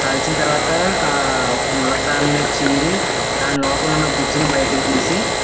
కాల్చిన తరువాత ఆ ములక్కాడలని చీరి దాని లోపలున్న గుజ్జుని బయటకు తీసి